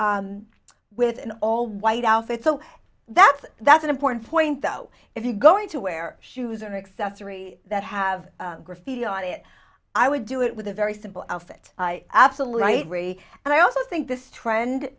with an all white outfit so that's that's an important point though is he going to wear shoes or accessory that have graffiti on it i would do it with a very simple outfit i absolutely agree and i also think this trend